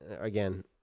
Again